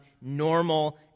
normal